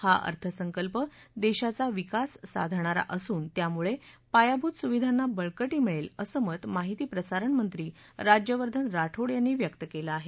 हा अर्थसंकल्प देशाचा विकास साधणारा असून त्यामुळे पायाभूत सुविधांना बळकटी मिळेल असं मत माहिती प्रसारण मंत्री राज्यवर्धन राठोड यांनी व्यक्त केलं आहे